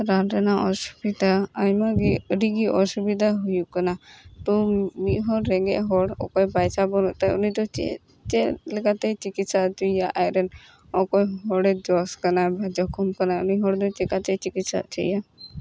ᱨᱟᱱ ᱨᱮᱱᱟᱜ ᱚᱥᱩᱵᱤᱫᱟ ᱟᱭᱢᱟ ᱜᱮ ᱟᱹᱰᱤ ᱜᱮ ᱚᱥᱩᱵᱤᱫᱟ ᱦᱩᱭᱩᱜ ᱠᱟᱱᱟ ᱛᱚ ᱢᱤᱫᱦᱚᱲ ᱨᱮᱜᱮᱡᱽ ᱦᱚᱲ ᱚᱠᱚᱭ ᱯᱟᱭᱥᱟ ᱵᱟᱹᱱᱩᱜ ᱛᱟᱭᱟ ᱩᱱᱤᱫᱚ ᱪᱮᱫ ᱪᱮᱫ ᱞᱮᱠᱟᱛᱮᱭ ᱪᱤᱠᱤᱥᱟ ᱚᱪᱚᱭᱮᱭᱟ ᱟᱡᱨᱮᱱ ᱚᱠᱚᱭ ᱦᱚᱲᱮ ᱡᱚᱥ ᱟᱠᱟᱱᱟ ᱡᱚᱠᱷᱚᱢ ᱟᱠᱟᱱᱟ ᱩᱱᱤ ᱦᱚᱲ ᱫᱚ ᱪᱮᱠᱟᱛᱮᱭ ᱪᱤᱠᱤᱥᱟ ᱚᱪᱚᱭᱮᱭᱟ